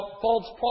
false